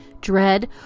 dread